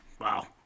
Wow